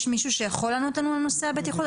יש מישהו שיכול לענות לנו על נושא הבטיחות?